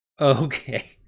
Okay